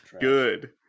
good